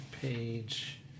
page